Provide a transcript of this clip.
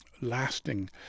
lasting